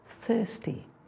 thirsty